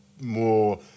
more